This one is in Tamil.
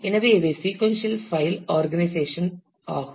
எனவே இவை சீக்கொன்சியல் பைல் ஆர்கனைசேஷன்ஸ் ஆகும்